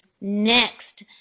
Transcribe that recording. Next